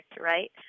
right